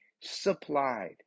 supplied